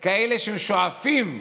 של כאלה שהם שואפים,